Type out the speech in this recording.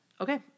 Okay